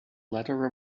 ladder